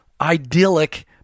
idyllic